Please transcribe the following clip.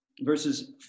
verses